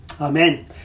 Amen